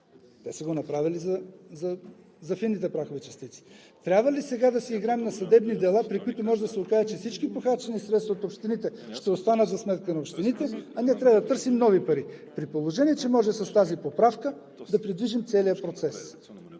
Те са го направили за фините прахови частици. Трябва ли сега да си играем на съдебни дела, при които може да се окаже, че всички похарчени средства от общините ще останат за сметка на общините, а ние трябва да търсим нови пари, при положение че може, да, с тази поправка да придвижим целия процес?